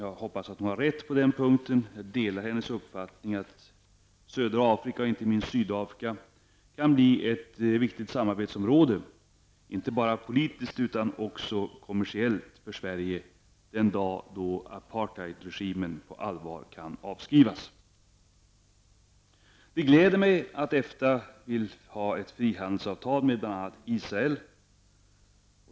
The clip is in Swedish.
Jag hoppas att hon har rätt i det avseendet och jag delar hennes uppfattning att södra Afrika, och inte minst Sydafrika, kan bli ett viktigt samarbetsområde för Sverige, inte bara politiskt utan också kommersiellt, den dag då apartheidregimen på allvar kan avskrivas. Det gläder mig att EFTA vill ha ett frihandelsavtal med bl.a. Israel.